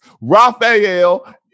Raphael